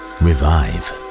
revive